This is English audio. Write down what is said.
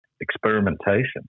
experimentation